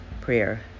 prayer